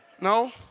No